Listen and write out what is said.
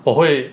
我会